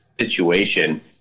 situation